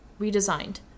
redesigned